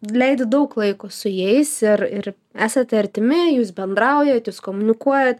leidi daug laiko su jais ir ir esate artimi jūs bendraujat jūs komunikuojat